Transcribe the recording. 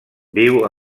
viu